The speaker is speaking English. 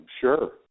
Sure